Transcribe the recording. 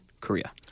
Korea